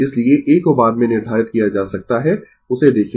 इसलिए A को बाद में निर्धारित किया जा सकता है उसे देखेंगें